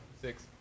Six